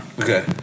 Okay